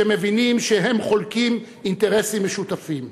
שמבינים שהם חולקים אינטרסים משותפים.